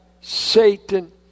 Satan